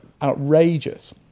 outrageous